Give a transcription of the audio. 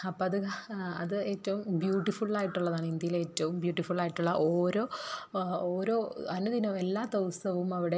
അപ്പത് അത് ഏറ്റവും ബ്യൂട്ടിഫുള്ളായിട്ടുള്ളതാണ് ഇന്ത്യയിലെ ഏറ്റവും ബ്യൂട്ടിഫുള്ളായിട്ടുള്ള ഓരോ ഓരോ അനുദിനം എല്ലാ ദിവസവും അവിടെ